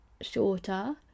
shorter